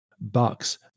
bucks